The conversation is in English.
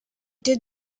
did